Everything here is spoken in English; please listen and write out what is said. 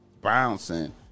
bouncing